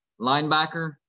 linebacker